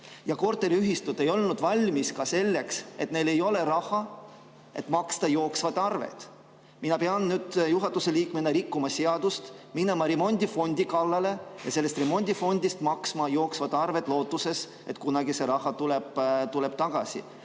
Korteriühistud ei olnud valmis ka selleks, et neil ei ole raha, et maksta jooksvaid arveid. Mina pean nüüd juhatuse liikmena rikkuma seadust, minema remondifondi kallale ja sellest remondifondist maksma jooksvad arved lootuses, et kunagi see raha tuleb tagasi.